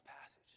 passage